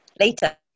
Later